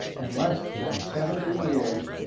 in less than seventy years,